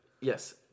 Yes